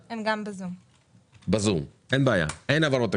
אין העברות תקציביות.